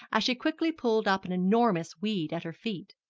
as she quickly pulled up an enormous weed at her feet.